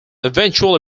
eventually